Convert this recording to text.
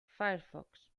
firefox